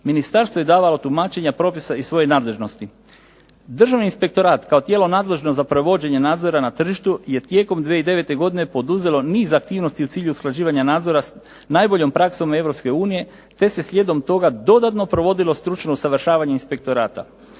Ministarstvo je davalo tumačenja propisa iz svoje nadležnosti. Državni inspektorat kao tijelo nadležno za provođenje nadzora na tržištu je tijekom 2009. godine poduzelo niz aktivnosti u cilju usklađivanja nadzora s najboljom praksom Europske unije te se slijedom toga dodatno provodilo stručno usavršavanje inspektorata.